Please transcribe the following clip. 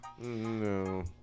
No